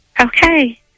Okay